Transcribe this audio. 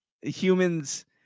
humans